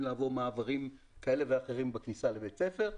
לעבור מעברים כאלה ואחרים בכניסה לבית הספר.